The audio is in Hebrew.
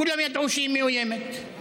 כולם ידעו שהיא מאוימת.